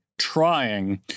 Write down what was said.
trying